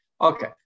Okay